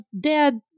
dad